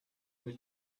your